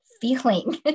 feeling